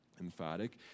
emphatic